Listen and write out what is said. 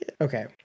Okay